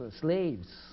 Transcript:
slaves